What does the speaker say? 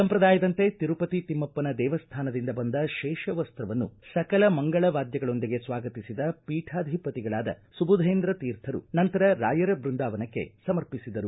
ಸಂಪ್ರದಾಯದಂತೆ ತಿರುಪತಿ ತಿಮ್ಮಪ್ಪನ ದೇವಸ್ಥಾನದಿಂದ ಬಂದ ಶೇಷವಸ್ತ್ರವನ್ನು ಸಕಲ ಮಂಗಳ ವಾದ್ಯಗಳೊಂದಿಗೆ ಸ್ವಾಗತಿಸಿದ ಪೀಠಾಧಿಪತಿಗಳಾದ ಸುಬುಧೇಂದ್ರ ತೀರ್ಥರು ನಂತರ ರಾಯರ ಬೃಂದಾವನಕ್ಕೆ ಸಮರ್ಪಿಸಿದರು